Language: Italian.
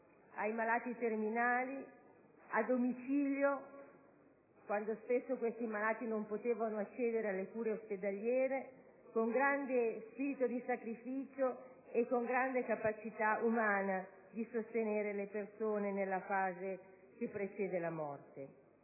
ai malati terminali, spesso anche a domicilio quando questi malati non potevano accedere alle cure ospedaliere, con grande spirito di sacrificio e grande capacità umana di sostenere le persone nella fase che precede la morte.